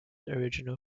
original